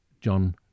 John